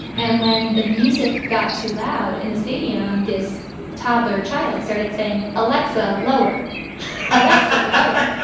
and when the music got too loud in the stadium, this toddler child started saying, alexa, lower alexa, lower.